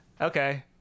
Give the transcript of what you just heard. Okay